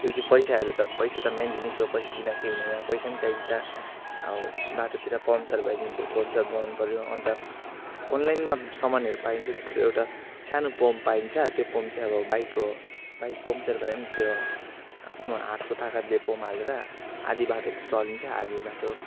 त्योपिच्छे पैसाहरू त पैसा त मेन जिनिस हो पैसा बिना केही हुने यहाँ पैसा पनि चाहिन्छ अब बाटोतिर पङ्चर भइदियो भने त्यो पङ्चर बनाउनु पऱ्यो अन्त अनलाइनमा सामानहरू पाइन्छ त्यो चाहिँ एउटा सानो पम्प पाइन्छ त्यो पम्प चाहिँ अब बाइकको बाइक पङ्चर भए पनि त्यो आफ्नो हातको तागतले पम्प हालेर आधा बाटो त चलिन्छ आधा बाटो